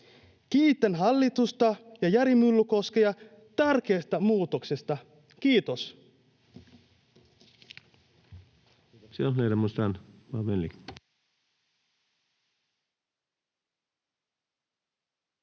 Kiitän hallitusta ja Jari Myllykoskea tärkeästä muutoksesta. — Kiitos.